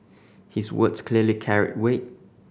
his words clearly carried weight